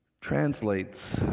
translates